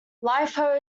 life